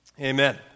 Amen